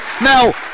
now